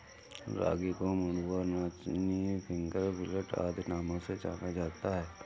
रागी को मंडुआ नाचनी फिंगर मिलेट आदि नामों से जाना जाता है